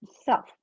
self